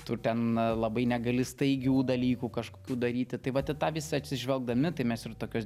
tu ten labai negali staigių dalykų kažkokių daryti tai vat į tą visą atsižvelgdami tai mes ir tokius